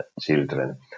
children